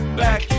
back